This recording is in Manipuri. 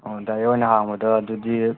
ꯑꯣ ꯗꯥꯏꯔꯦꯛ ꯑꯣꯏꯅ ꯍꯥꯡꯕꯗ ꯑꯗꯨꯗꯤ